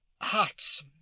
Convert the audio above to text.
hats